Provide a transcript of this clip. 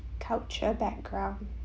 culture background